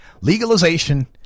Legalization